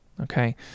Okay